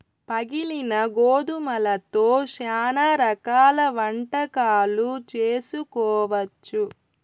పగిలిన గోధుమలతో శ్యానా రకాల వంటకాలు చేసుకోవచ్చు